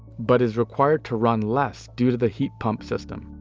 but is required to run less due to the heat pump system.